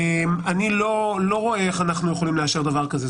אני לא רואה איך אנחנו יכולים לאשר דבר כזה.